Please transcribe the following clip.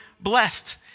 blessed